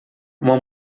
uma